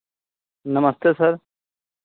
नमस्ते सर